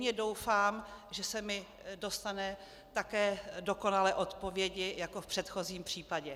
Pevně doufám, že se mi dostane také dokonalé odpovědi jako v předchozím případě.